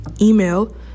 email